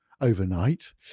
overnight